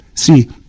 See